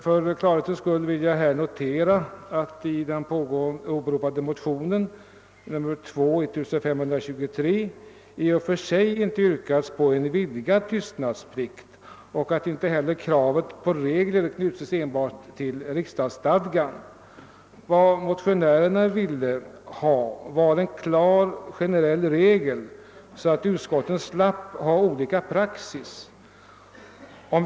För klarhetens skull vill jag i detta sammanhang notera att det i den åberopade motionen II: 1523 i och för sig inte yrkats på en vidgad tystnadsplikt och att inte heller kravet på regler knutits enbart till riksdagsstadgan. Vad motionärerna önskade var en klar generell regel för att undvika olika praxis i utskotten.